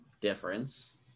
difference